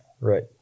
Right